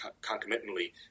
concomitantly